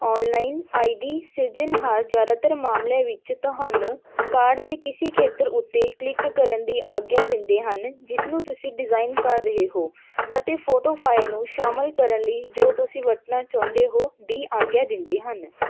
online I D ਸਿਰਜਣਹਾਰ ਜ਼ਿਆਦਾਤਰ ਮਾਮਲਿਆਂ ਵਿੱਚ ਤੁਹਾਨੂੰ ਕਾਰਡ ਦੇ ਕਿਸੇ ਖੇਤਰ ਉੱਤੇ ਕਲਿੱਕ ਕਰਨ ਦੀ ਆਗਿਆ ਦਿੰਦੇ ਹਨ ਜਿਸ ਨੂੰ ਤੁਸੀਂ ਡਿਜ਼ਾਈਨ ਕਰ ਰਹੇ ਹੋ ਅਤੇ ਫੋਟੋ ਫਾਇਲ ਨੂੰ ਸ਼ਾਮਲ ਕਰਨ ਲਈ ਜੋ ਤੁਸੀਂ ਵਰਤਣਾ ਚਾਹੁੰਦੇ ਹੋ ਦੀ ਆਗਿਆ ਦਿੰਦੇ ਹਨ